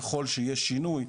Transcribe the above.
בכל שינוי,